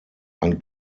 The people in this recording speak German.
ein